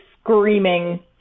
screaming